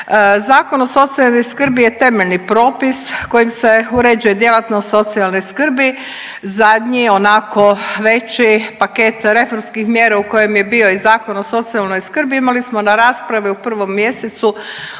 Zakon o socijalnoj skrbi je temeljni propis kojim se uređuje djelatnost socijalne skrbi, zadnji onako veći paket reformskih mjera u kojem je bio i Zakon o socijalnoj skrbi, imali smo na raspravi u 1. mj. ove